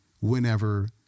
whenever